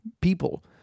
people